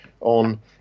on